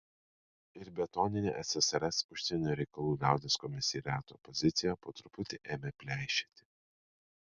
ir betoninė ssrs užsienio reikalų liaudies komisariato pozicija po truputį ėmė pleišėti